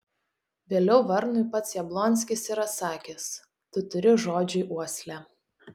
vėliau varnui pats jablonskis yra sakęs tu turi žodžiui uoslę